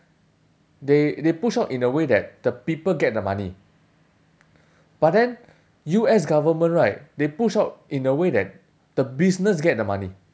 they they push out in a way that the people get the money but then U_S government right they push out in a way that the business get the money